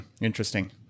interesting